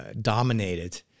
dominated